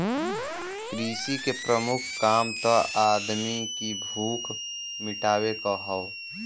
कृषि के प्रमुख काम त आदमी की भूख मिटावे क हौ